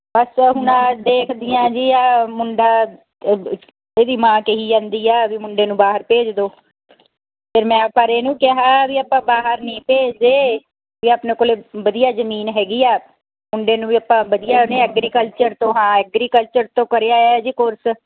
ਬਸ ਹੁਣ ਆ ਦੇਖਦੀ ਹਾਂ ਜੀ ਆਹ ਮੁੰਡਾ ਇਹਦੀ ਮਾਂ ਕਹੀ ਜਾਂਦੀ ਆ ਵੀ ਮੁੰਡੇ ਨੂੰ ਬਾਹਰ ਭੇਜ ਦਿਓ ਫਿਰ ਮੈਂ ਪਰ ਇਹਨੂੰ ਕਿਹਾ ਵੀ ਆਪਾਂ ਬਾਹਰ ਨਹੀਂ ਭੇਜਦੇ ਵੀ ਆਪਣੇ ਕੋਲ ਵਧੀਆ ਜ਼ਮੀਨ ਹੈਗੀ ਆ ਮੁੰਡੇ ਨੂੰ ਵੀ ਆਪਾਂ ਵਧੀਆ ਉਹਨੇ ਐਗਰੀਕਲਚਰ ਤੋਂ ਹਾਂ ਐਗਰੀਕਲਚਰ ਤੋਂ ਕਰਿਆ ਏ ਜੀ ਕੋਰਸ